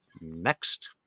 next